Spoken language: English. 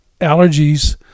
allergies